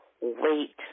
wait